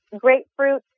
grapefruit